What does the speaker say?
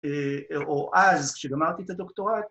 ‫או אז, כשגמרתי את הדוקטורט,